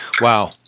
Wow